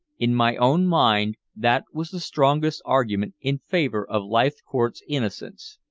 in my own mind that was the strongest argument in favor of leithcourt's innocence.